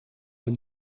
een